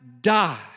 die